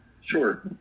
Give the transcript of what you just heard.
sure